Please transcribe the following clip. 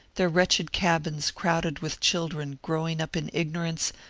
their wretched cabins crowded with children growing up in ignorance,